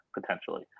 potentially